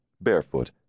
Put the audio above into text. barefoot